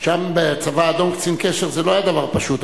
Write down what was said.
שם, בצבא האדום, קצין קשר לא היה דבר פשוט.